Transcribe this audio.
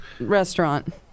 Restaurant